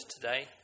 today